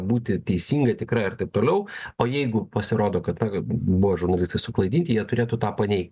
būti teisinga tikra ir taip toliau o jeigu pasirodo kad na buvo žurnalistai suklaidinti jie turėtų tą paneigti